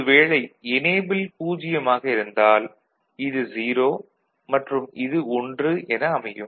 ஒரு வேளை எனேபிள் 0 ஆக இருந்தால் இது 0 மற்றும் இது 1 என அமையும்